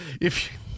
If-